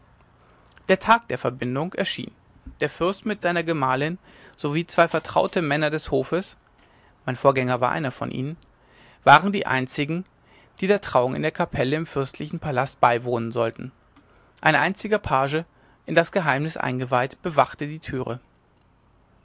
der tag der verbindung erschien der fürst mit seiner gemahlin sowie zwei vertraute männer des hofes mein vorgänger war einer von ihnen waren die einzigen die der trauung in der kleinen kapelle im fürstlichen palast beiwohnen sollten ein einziger page in das geheimnis eingeweiht bewachte die türe